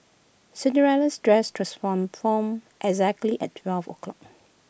Cinderella's dress transformed form exactly at twelve o'clock